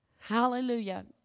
Hallelujah